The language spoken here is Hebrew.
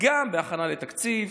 גם בהכנה לתקציב,